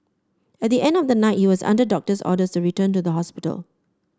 at the end of the night he was under doctor's orders to return to the hospital